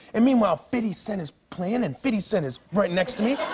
and meanwhile, fifty cent is playing, and fifty cent is right next to me.